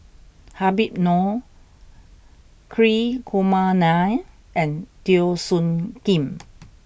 Habib Noh Hri Kumar Nair and Teo Soon Kim